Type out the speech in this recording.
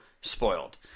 spoiled